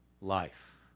life